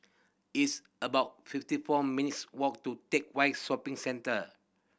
it's about fifty four minutes' walk to Teck Whye Shopping Centre